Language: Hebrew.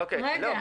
אוקיי --- רגע,